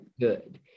good